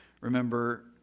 remember